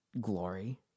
glory